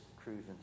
cruising